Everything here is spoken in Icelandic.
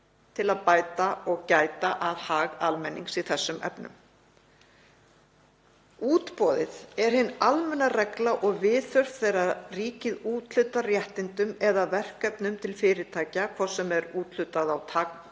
til að bæta og gæta að hag almennings í þessum efnum. Útboðið er hin almenna regla og viðhaft þegar ríkið úthlutar réttindum eða verkefnum til fyrirtækja, hvort sem úthluta á